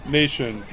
nation